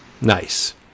Nice